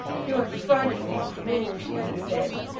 you are frightfully cruel, she had said.